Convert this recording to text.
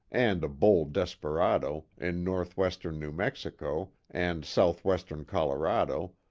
and a bold desperado, in northwestern new mexico, and southwestern colorado,